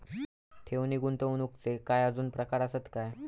ठेव नी गुंतवणूकचे काय आजुन प्रकार आसत काय?